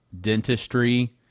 dentistry